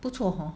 不错 hor